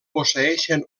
posseeixen